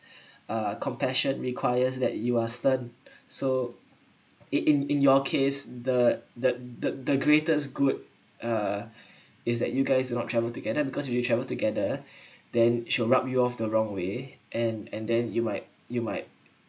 uh compassion requires that you are stun so it in in your case the the the the greatest good uh is that you guys do not travel together because to you travel together then should rob you of the wrong way and and then you might you might